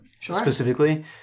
Specifically